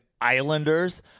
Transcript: Islanders